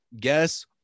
guess